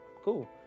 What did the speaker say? cool